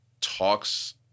talks